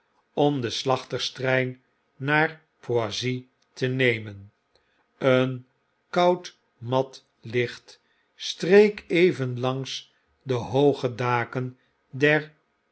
om den slachters trein naar poissy te nemen een koud mat licht streek even langs de hooge daken der